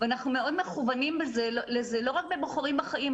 ואנחנו מאוד מכוונים לזה לא רק ב"בוחרים בחיים",